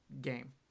game